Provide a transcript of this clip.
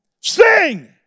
Sing